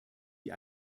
die